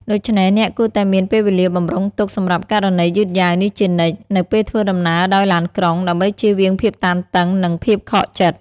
ដូច្នេះ អ្នកគួរតែមាន ពេលវេលាបម្រុងទុក សម្រាប់ករណីយឺតយ៉ាវនេះជានិច្ច នៅពេលធ្វើដំណើរដោយឡានក្រុង ដើម្បីជៀសវាងភាពតានតឹង និងភាពខកចិត្ត។